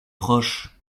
proche